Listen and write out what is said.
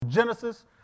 Genesis